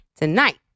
Tonight